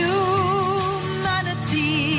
Humanity